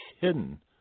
hidden